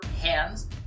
hands